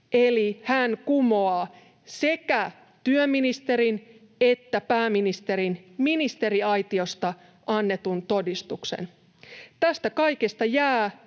Eli hän kumoaa sekä työministerin että pääministerin ministeriaitiosta annetun todistuksen. Tästä kaikesta jää